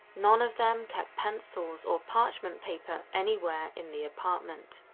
none of them kept pencils or parchment paper anywhere in the apartment.